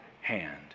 hand